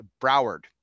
broward